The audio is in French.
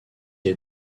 est